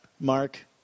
Mark